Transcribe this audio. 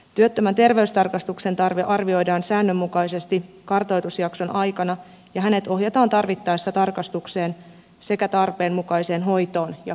työttömän terveystarkastuksen tarve arvioidaan säännönmukaisesti kartoitusjakson aikana ja hänet ohjataan tarvittaessa tarkastukseen sekä tarpeenmukaiseen hoitoon ja kuntoutukseen